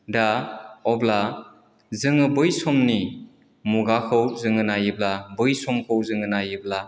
दा अब्ला जोङो बै समनि मुगाखौ जोङो नायोब्ला बै समखौ जोङो नायोब्ला